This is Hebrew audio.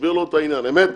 ותסביר לו את העניין, אמת?